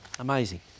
Amazing